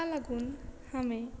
आतां लागून हांवें